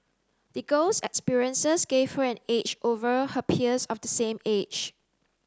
the girl's experiences gave her an edge over her peers of the same age